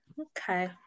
okay